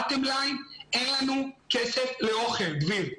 בשורה התחתונה, אין לנו כסף לאוכל, דביר.